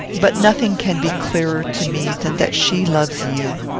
but nothing can be clearer to me than that she loves you.